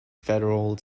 federal